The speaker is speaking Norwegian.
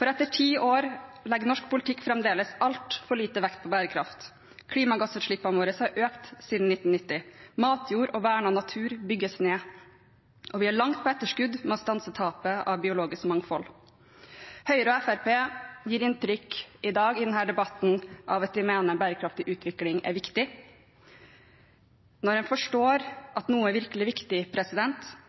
Etter ti år legger norsk politikk fremdeles altfor lite vekt på bærekraft. Klimagassutslippene våre har økt siden 1990. Matjord og vernet natur bygges ned, og vi er langt på etterskudd med å stanse tapet av biologisk mangfold. Høyre og Fremskrittspartiet gir i dag inntrykk i denne debatten av at de mener bærekraftig utvikling er viktig. Når en forstår at noe virkelig er viktig,